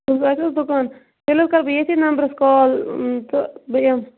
صُبحَس آسہِ حظ دُکان تیٚلہِ حظ کَرٕ بہٕ ییٚتھی نَمبرَس کال تہٕ بہٕ یِم